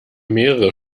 mehrere